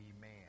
man